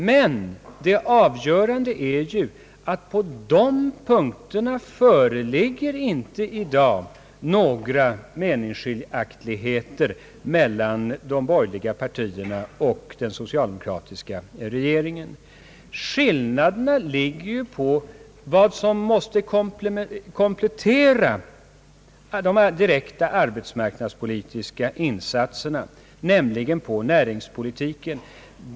Men det avgörande är ju, att på de punkterna föreligger i dag inte några meningsskiljaktigheter mellan de borgerliga partierna och den socialdemokratiska regeringen. Skillnaderna ligger på vad som måste komplettera de direkta arbetsmarknadspolitiska insatserna, nämligen på näringspolitiken.